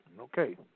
Okay